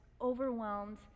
overwhelmed